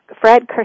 Fred